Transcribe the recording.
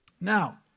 Now